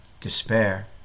despair